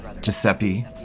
Giuseppe